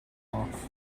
off